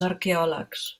arqueòlegs